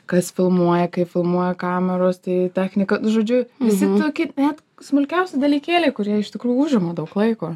kas filmuoja kaip filmuoja kameros tai technika nu žodžiu visi toki net smulkiausi dalykėliai kurie iš tikrų užima daug laiko